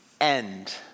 end